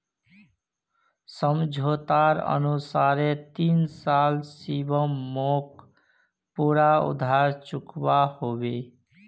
समझोतार अनुसार तीन साल शिवम मोक पूरा उधार चुकवा होबे